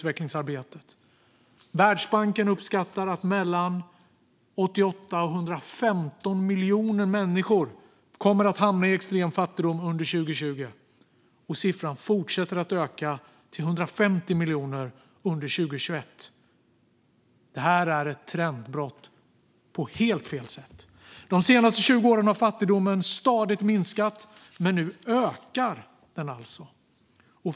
Världsbanken uppskattar att mellan 88 och 115 miljoner människor kommer att hamna i extrem fattigdom under 2020, och siffran fortsätter att öka till 150 miljoner under 2021. Det är ett trendbrott i helt fel riktning. De senaste tjugo åren har fattigdomen stadigt minskat, men nu ökar den alltså.